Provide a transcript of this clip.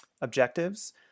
objectives